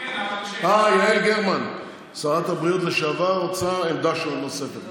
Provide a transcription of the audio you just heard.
יעל גרמן, שרת הבריאות לשעבר, רוצה עמדה נוספת.